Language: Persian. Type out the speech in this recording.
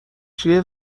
جیه